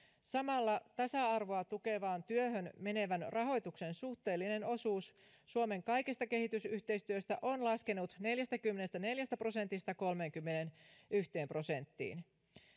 samalla tasa arvoa tukevaan työhön menevän rahoituksen suhteellinen osuus suomen kaikesta kehitysyhteistyöstä on laskenut neljästäkymmenestäneljästä prosentista kolmeenkymmeneenyhteen prosenttiin